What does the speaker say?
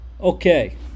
okay